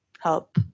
help